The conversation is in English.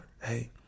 Hey